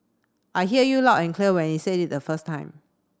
I hear you loud and clear when you said it the first time